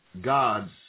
gods